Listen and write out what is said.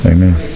Amen